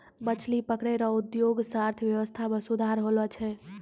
मछली पकड़ै रो उद्योग से अर्थव्यबस्था मे सुधार होलो छै